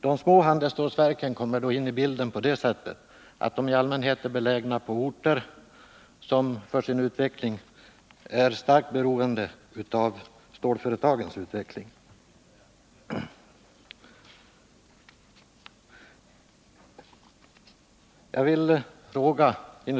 Då är att märka att de små handelsstålverken i allmänhet är belägna på orter som för sin utveckling är starkt beroende av stålföretagens utveckling.